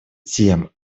тем